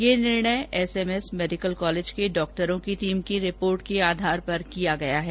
यह निर्णय SMS medical college के डॉक्टरों की टीम की रिपोर्ट के आधार पर किया गया है